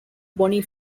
bony